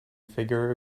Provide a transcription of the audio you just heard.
figure